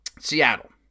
Seattle